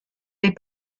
les